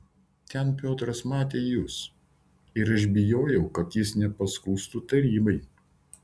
ten piotras matė jus ir aš bijojau kad jis nepaskųstų tarybai